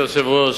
אדוני היושב-ראש,